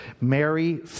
Mary